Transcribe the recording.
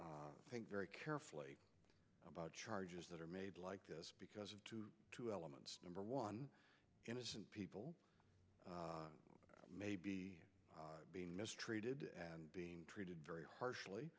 we think very carefully about charges that are made like this because two elements number one innocent people may be being mistreated and being treated very harshly